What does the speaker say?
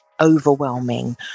overwhelming